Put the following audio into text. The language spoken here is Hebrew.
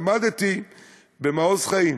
עמדתי במעוז-חיים